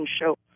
show